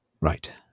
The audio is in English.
Right